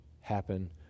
happen